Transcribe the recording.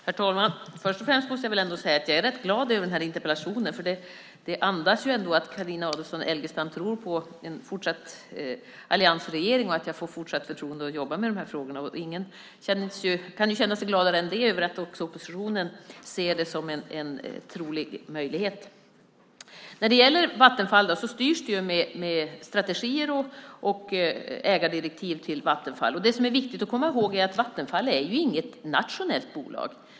Herr talman! Först och främst måste jag säga att jag är rätt glad över den här interpellationen. Den andas ändå att Carina Adolfsson Elgestam tror på en fortsatt alliansregering och att jag får fortsatt förtroende att jobba med de här frågorna. Ingen kan känna sig gladare än jag att också oppositionen ser det som en trolig möjlighet. När det gäller Vattenfall styrs det med strategier och ägardirektiv till Vattenfall. Det som är viktigt att komma ihåg är att Vattenfall inte är något nationellt bolag.